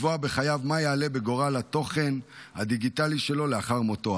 לקבוע בחייו מה יעלה בגורל התוכן הדיגיטלי שלו לאחר מותו.